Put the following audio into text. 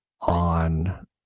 on